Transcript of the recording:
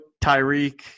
Tyreek